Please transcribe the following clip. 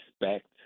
respect